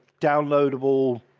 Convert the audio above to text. downloadable